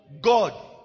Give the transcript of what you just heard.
God